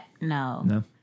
no